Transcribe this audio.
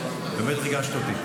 באמת ריגשת אותי.